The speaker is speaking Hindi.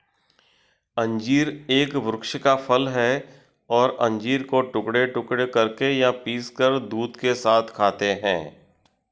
अंजीर एक वृक्ष का फल है और अंजीर को टुकड़े टुकड़े करके या पीसकर दूध के साथ खाते हैं